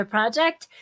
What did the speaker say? Project